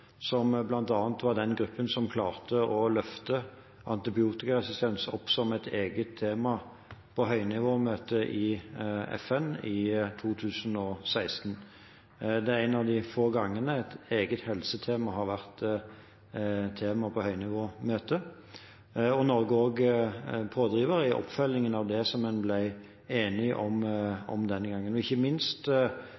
som bl.a. var den gruppen som klarte å løfte antibiotikaresistens opp som et eget tema på høynivåmøtet i FN i 2016. Det er en av de få gangene et eget helsetema har vært tema på høynivåmøtet. Norge er også pådriver i oppfølgingen av det som en ble enige om